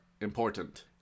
important